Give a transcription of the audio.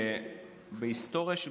שבהיסטוריה של מדינת ישראל